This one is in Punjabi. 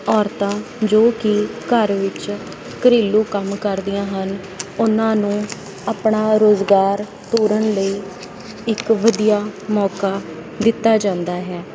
ਔਰਤਾਂ ਜੋ ਕਿ ਘਰ ਵਿੱਚ ਘਰੇਲੂ ਕੰਮ ਕਰਦੀਆਂ ਹਨ ਉਨ੍ਹਾਂ ਨੂੰ ਆਪਣਾ ਰੋਜ਼ਗਾਰ ਤੋਰਨ ਲਈ ਇੱਕ ਵਧੀਆ ਮੌਕਾ ਦਿੱਤਾ ਜਾਂਦਾ ਹੈ